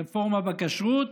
רפורמה בכשרות,